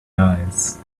eyes